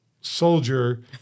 soldier